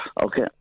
Okay